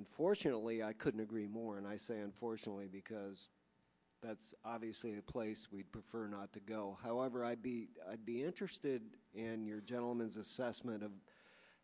unfortunately i couldn't agree more and i say unfortunately because that's obviously the place we'd prefer not to go however i'd be i'd be interested in your gentlemen's assessment of